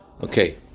Okay